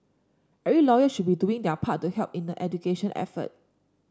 every lawyer should be doing their part to help in the education effort